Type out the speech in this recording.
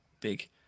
big